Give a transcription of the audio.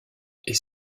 est